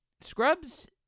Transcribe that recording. Scrubs